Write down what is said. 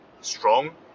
strong